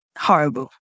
horrible